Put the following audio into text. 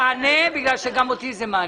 תענה כי גם אותי זה מעניין.